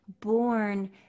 born